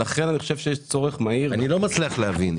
לכן אני חושב שיש צורך מהיר --- אני לא מצליח להבין.